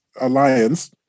alliance